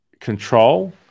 control